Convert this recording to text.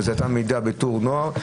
אותה מידה בתור נוער,